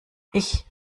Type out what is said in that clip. ich